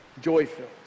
joy-filled